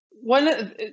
One